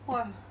!wah!